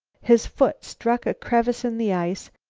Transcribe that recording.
his foot struck a crevice in the ice,